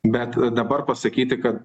bet dabar pasakyti kad